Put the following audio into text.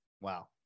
Wow